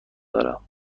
دارم